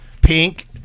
Pink